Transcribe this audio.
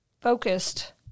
focused